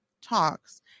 talks